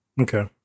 Okay